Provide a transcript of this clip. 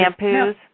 shampoos